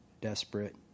desperate